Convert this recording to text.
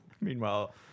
Meanwhile